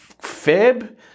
Feb